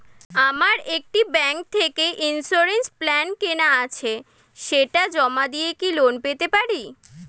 আমার একটি ব্যাংক থেকে ইন্সুরেন্স প্ল্যান কেনা আছে সেটা জমা দিয়ে কি লোন পেতে পারি?